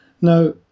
Now